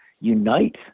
unite